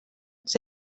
els